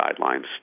guidelines